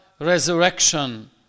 resurrection